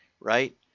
right